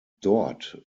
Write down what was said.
dort